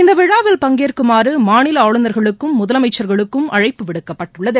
இந்த விழாவில் பங்கேற்குமாறு மாநில ஆளுநர்களுக்கும் முதலமைச்ச்களுக்கும் அழைப்பு விடுக்கப்பட்டுள்ளது